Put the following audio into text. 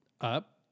up